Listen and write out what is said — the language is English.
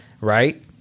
right